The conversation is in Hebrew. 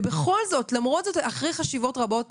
ובכל זאת, למרות זאת, אחרי חשיבות רבות,